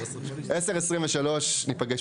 10:17 ונתחדשה